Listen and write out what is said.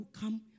come